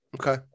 Okay